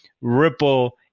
ripple